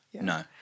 no